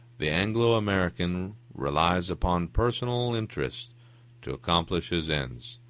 the anglo-american relies upon personal interest to accomplish his ends,